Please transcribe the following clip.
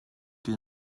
que